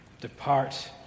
Depart